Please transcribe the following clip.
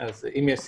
אם יש סיבה,